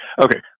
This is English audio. Okay